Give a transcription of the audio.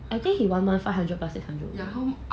I think he one month five hundred plus six hundred